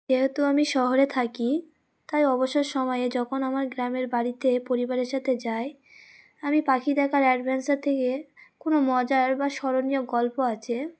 যেহেতু আমি শহরে থাকি তাই অবসর সময়ে যখন আমার গ্রামের বাড়িতে পরিবারের সাথে যাই আমি পাখি দেখার অ্যাডভেঞ্চার থেকে কোনো মজার বা স্মরণীয় গল্প আছে